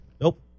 Nope